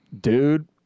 dude